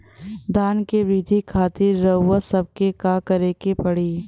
धान क वृद्धि खातिर रउआ सबके का करे के पड़ी?